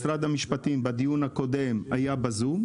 בדיון הקודם משרד המשפטים היה בזום.